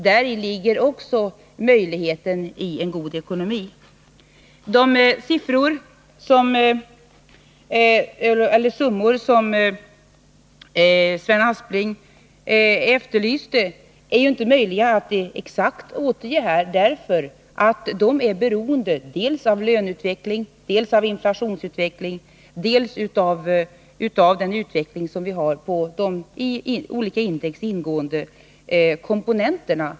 Också här är förutsättningen en god ekonomi. De summor som Sven Aspling efterlyste är det inte möjligt att exakt återge här, eftersom de är beroende dels av löneutvecklingen, dels av inflationsutvecklingen, dels också av den utveckling som vi har på de i olika index ingående komponenterna.